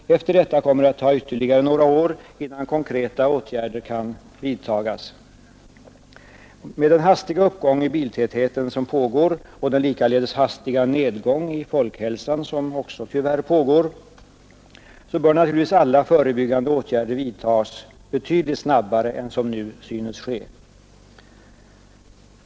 Därefter kommer det att ta ytterligare några år innan konkreta åtgärder kan vidtas. Med den hastiga uppgång i biltätheten som pågår och den likaledes hastiga nedgång i folkhälsan som också tyvärr pågår bör naturligtvis alla förebyggande åtgärder vidtas betydligt snabbare än som nu synes ske.